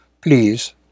please